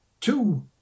two